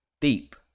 deep